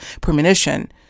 premonition